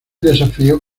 desafío